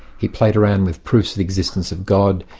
he played around with proofs of existence of god,